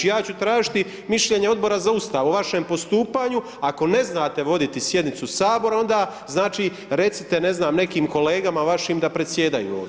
Ja ću tražiti mišljenja Odbora za Ustav o vašem postupanju, ako ne znate voditi sjednicu Sabora, onda znači, recite, ne znam, nekim kolegama vašim da predsjedaju ovdje.